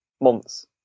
months